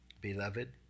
beloved